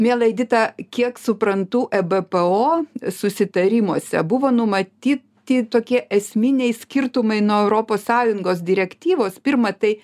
miela edita kiek suprantu ebpo susitarimuose buvo numatyti tokie esminiai skirtumai nuo europos sąjungos direktyvos pirma tai